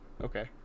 okay